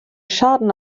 schaden